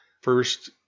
First